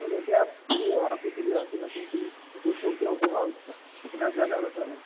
नहीं वैसे आप फ्री हो आप भी फ्री हो आपकी मसीन फ्री तो कुछ तो उपयोग होगा उसका लेकिन आप ज्यादा बता रहे